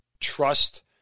Trust